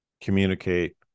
communicate